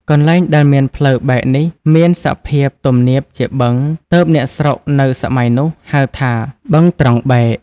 កន្លែងដែលមានផ្លូវបែកនេះមានសភាពទំនាបជាបឹង ទើបអ្នកស្រុកនៅសម័យនោះហៅថា "បឹងត្រង់បែក"។